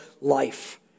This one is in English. life